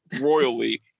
royally